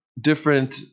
different